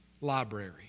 library